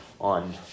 on